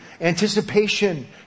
anticipation